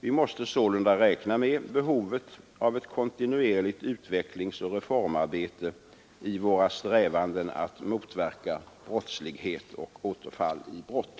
Vi måste sålunda räkna med behovet av ett kontinuerligt utvecklingsoch reformarbete i våra strävanden att motverka brottslighet och återfall i brott.